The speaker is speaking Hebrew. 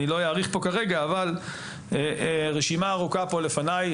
אני לא אאריך פה כרגע, אבל רשימה ארוכה פה לפניי.